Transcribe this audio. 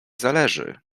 zależy